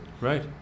right